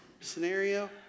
scenario